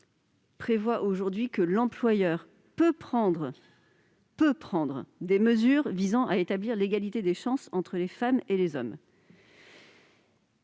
prévoit aujourd'hui que l'employeur peut prendre des mesures visant à établir l'égalité des chances entre les femmes et les hommes